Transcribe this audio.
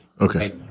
Okay